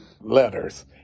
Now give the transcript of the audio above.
letters